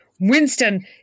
Winston